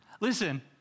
Listen